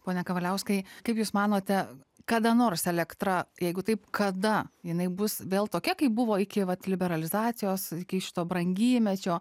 pone kavaliauskai kaip jūs manote kada nors elektra jeigu taip kada jinai bus vėl tokia kaip buvo iki vat liberalizacijos iki šito brangymečio